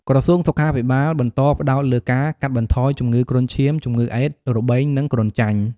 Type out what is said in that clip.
ក្រសួងសុខាភិបាលបន្តផ្តោតលើការកាត់បន្ថយជំងឺគ្រុនឈាម ជំងឺអេដស៍ របេង និងគ្រុនចាញ់។